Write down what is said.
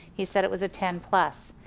he said it was a ten plus.